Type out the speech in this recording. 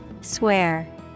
Swear